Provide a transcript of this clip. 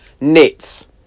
Knits